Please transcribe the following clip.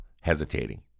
hesitating